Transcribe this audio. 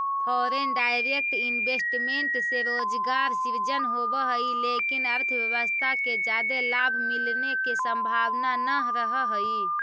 foreign direct investment से रोजगार सृजन होवऽ हई लेकिन अर्थव्यवस्था के जादे लाभ मिलने के संभावना नह रहऽ हई